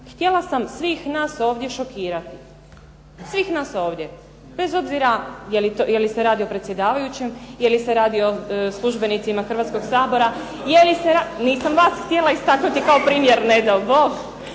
Htjela sam sve nas ovdje šokirati, sve nas ovdje bez obzira je li se radi predsjedavajućem ili se radi o službenicima Hrvatskoga sabora, nisam vas htjela istaknuti kao primjer, ne dao